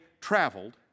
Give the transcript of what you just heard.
traveled